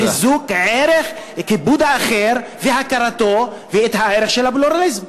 וחיזוק ערך כיבוד האחר והכרתו וערך הפלורליזם?